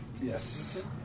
Yes